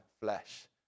flesh